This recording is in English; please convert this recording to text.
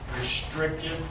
restricted